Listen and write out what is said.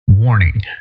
Warning